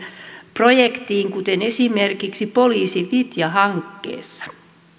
projekteihin kuten esimerkiksi poliisin vitja hankkeessa